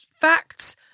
facts